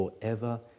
forever